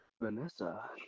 Vanessa